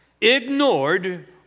ignored